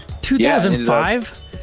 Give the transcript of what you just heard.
2005